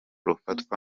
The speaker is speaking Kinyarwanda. rufatwa